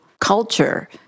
culture